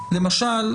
לכנסת.